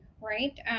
right